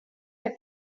que